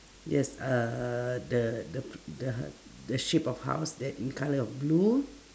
yes uhh the th~ the ho~ the shape of house that in colour of blue